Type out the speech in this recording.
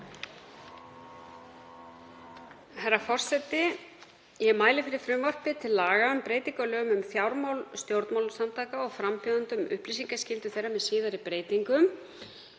Herra forseti. Ég mæli fyrir frumvarpi til laga um breytingu á lögum um fjármál stjórnmálasamtaka og frambjóðenda og um upplýsingaskyldu þeirra, með síðari breytingum.